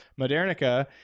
modernica